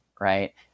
right